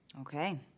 Okay